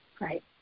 Right